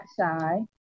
shy